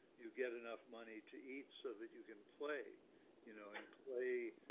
you get enough money to eat so that you can play you know and play,